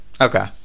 Okay